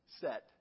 set